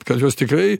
kad jos tikrai